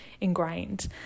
ingrained